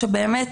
שבאמת